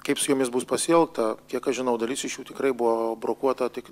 kaip su jomis bus pasielgta kiek aš žinau dalis iš jų tikrai buvo brokuota tik